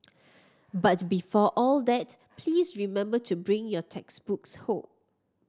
but before all that please remember to bring your textbooks home